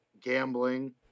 Gambling